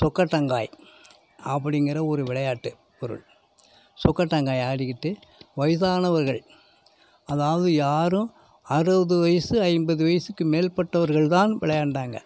சொக்கட்டங்காய் அப்படிங்குற ஒரு விளையாட்டு ஒரு சொக்கட்டங்காய் ஆடிக்கிட்டு வயதானவர்கள் அதாவது யாரும் அறுபது வயசு ஐம்பது வயசுக்கு மேற்பட்டவர்கள் தான் விளையாண்டாங்க